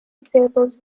examples